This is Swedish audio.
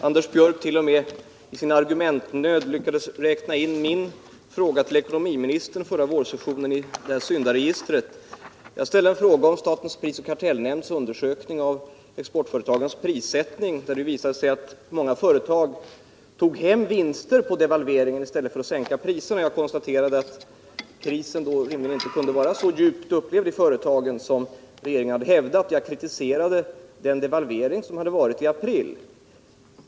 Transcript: Herr talman! Jag blev litet häpen när Anders Björck i sin argumentnöd t.o.m. lyckades räkna in min fråga till ekonomiministern förra våren i syndaregistret. Min fråga handlade om statens prisoch kartellnämnds undersökning av exportföretagens prissättning, för det visade sig att många företag tog hem vinster på devalveringen i stället för att sänka priserna. Jag konstaterade att krisen då inte kunde vara så djupt upplevd av företagen som regeringen hade hävdat. Jag kritiserade den devalvering som skett i april.